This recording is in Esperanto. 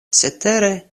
cetere